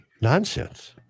nonsense